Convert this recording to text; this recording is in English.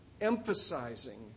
emphasizing